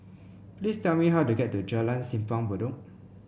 please tell me how to get to Jalan Simpang Bedok